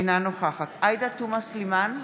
אינה נוכחת עאידה תומא סלימאן,